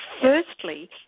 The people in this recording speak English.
firstly